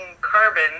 carbon